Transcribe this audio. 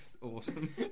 awesome